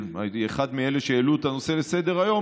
והייתי אחד מאלה שהעלו את הנושא על סדר-היום,